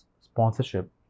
sponsorship